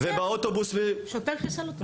ובאוטובוס --- שוטר, שוטר חיסל אותם.